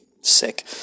sick